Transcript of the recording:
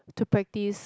to pracitse